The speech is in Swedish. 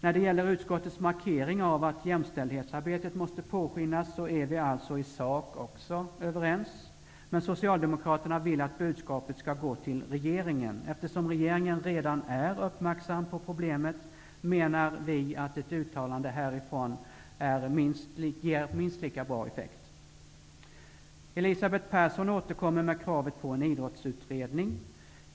När det gäller utskottets markering av att jämställdshetsarbetet måste påskyndas är vi alltså i sak överens. Men socialdemokraterna vill att budskapet skall gå till regeringen. Eftersom regeringen redan är uppmärksam på problemet, menar vi att ett uttalande härifrån ger minst lika bra effekt. Elisabeth Persson återkommer med kravet på en idrottsutredning.